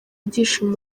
ibyishimo